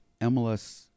MLS